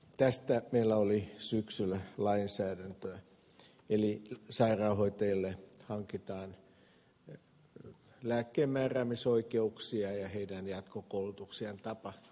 tästä meillä oli syksyllä lainsäädäntö eli sairaanhoitajille hankitaan lääkkeenmääräämisoikeuksia ja heidän jatkokoulutuksiaan tapahtuu